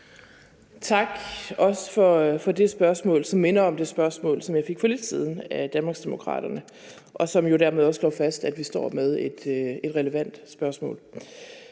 Tak også for det spørgsmål, som minder om det spørgsmål, som jeg fik for lidt siden af Danmarksdemokraterne, og som jo dermed også slår fast, at vi står med et relevant spørgsmål.